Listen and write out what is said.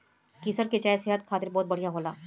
केसर के चाय सेहत खातिर बहुते बढ़िया होला